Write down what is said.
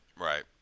Right